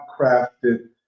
crafted